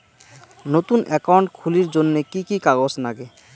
নতুন একাউন্ট খুলির জন্যে কি কি কাগজ নাগে?